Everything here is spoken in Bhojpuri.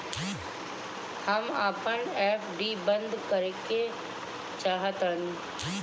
हम अपन एफ.डी बंद करेके चाहातानी